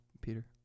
Peter